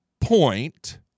point